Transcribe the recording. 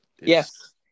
Yes